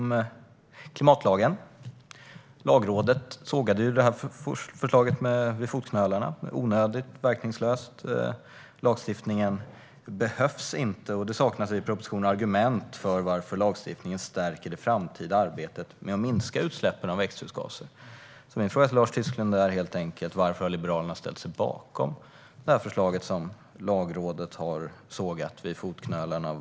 Lagrådet sågade det här förslaget vid fotknölarna och menade att det var onödigt och verkningslöst. Lagstiftningen behövs inte, menar man, och det saknas i propositionen argument för att lagstiftningen stärker det framtida arbetet med att minska utsläppen av växthusgaser. Min fråga till Lars Tysklind är helt enkelt: Varför har Liberalerna ställt sig bakom det här förslaget som Lagrådet har sågat vid fotknölarna?